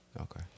okay